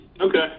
Okay